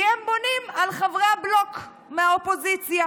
כי הם בונים על חברי הבלוק מהאופוזיציה